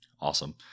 Awesome